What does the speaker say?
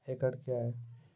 एकड कया हैं?